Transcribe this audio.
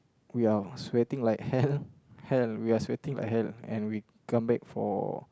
we are sweating like hell hell we are sweating like hell and we come back for